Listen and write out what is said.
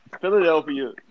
Philadelphia